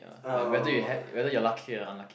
ya like whether you had whether you're lucky or unlucky